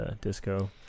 disco